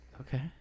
Okay